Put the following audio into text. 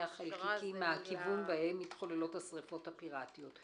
החלקיקים מהכיוון בהם מתחוללות השריפות הפיראטיות.